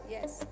Yes